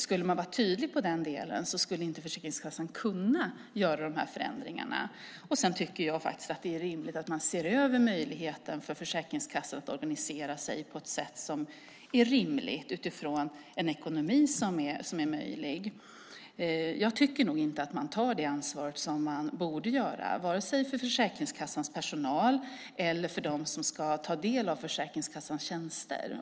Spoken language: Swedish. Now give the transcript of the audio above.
Skulle man vara tydlig i den delen skulle inte Försäkringskassan kunna göra de här förändringarna. Jag tycker också att det är rimligt att se över möjligheten för Försäkringskassan att organisera sig på ett sätt som är rimligt utifrån en ekonomi som är möjlig. Jag tycker nog inte att man tar det ansvaret som man borde göra, vare sig för Försäkringskassans personal eller för dem som ska ta del av Försäkringskassans tjänster.